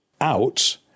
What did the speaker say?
out